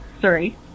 Sorry